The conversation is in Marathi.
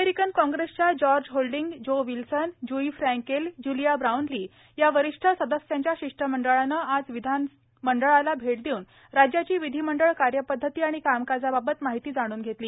अमेरिकन काँग्रेसच्या George Holding Joe Wilson Lois Frankel Julia Brownley या वरिष्ठ सदस्यांच्या शिष्टमंडळाने आज विधानमंडळाला भेट देऊन राज्याची विधिमंडळ कार्यपद्धती आणि कामकाजाबाबत माहिती जाणून घेतली